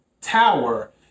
tower